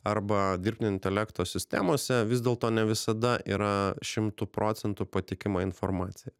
arba dirbtinio intelekto sistemose vis dėlto ne visada yra šimtu procentų patikima informacija